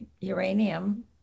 uranium